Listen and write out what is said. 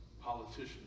Politicians